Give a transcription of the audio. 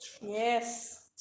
yes